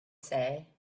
say